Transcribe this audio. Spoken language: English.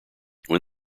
when